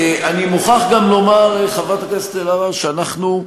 ואני מוכרח גם לומר, חברת הכנסת אלהרר, שאנחנו,